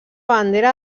bandera